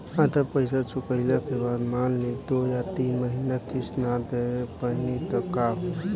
आधा पईसा चुकइला के बाद मान ली दो या तीन महिना किश्त ना दे पैनी त का होई?